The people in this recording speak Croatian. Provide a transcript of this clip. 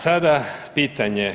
Sada pitanje.